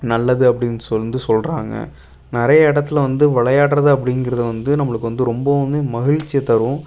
நல்லது அப்படின்னு வந்து சொல்கிறாங்க நிறையா இடத்துல வந்து விளையாடுறது அப்படிங்குறது வந்து நம்மளுக்கு வந்து ரொம்பவும் மகிழ்ச்சியைத்தரும்